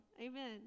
Amen